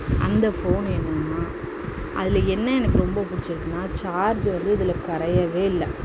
அந்த ஃபோன் என்னென்னா அதில் என்ன எனக்கு ரொம்ப பிடிச்சிருக்குனா சார்ஜ் வந்து இதில் குறையவேல்ல